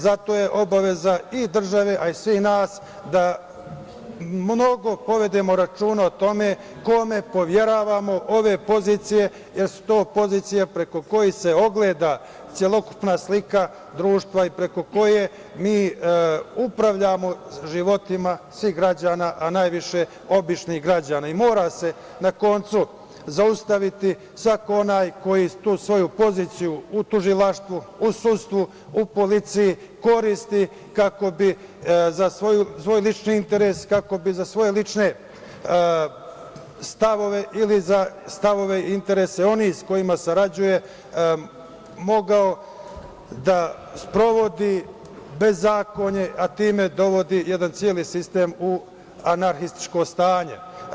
Zato je obaveza i države, a i svih nas da mnogo povedemo računa o tome kome poveravamo ove pozicije, jer su to pozicije preko kojih se ogleda celokupna slika društva i preko koje mi upravljamo životima svih građana, a najviše običnih građana i mora se na koncu zaustaviti svako onaj koji tu svoju poziciju u tužilaštvu, u sudstvu, u policiji koristi kako bi za svoj lični interes, kako bi za svoje lične stavove ili za stavove i interese onih sa kojima sarađuje mogao da sprovodi bezakonje, a time dovodi jedan celi sistem u anarhističko stanje.